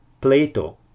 Plato